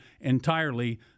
entirely